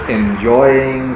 enjoying